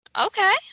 Okay